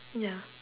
ya